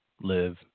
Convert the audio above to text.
live